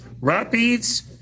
Rapids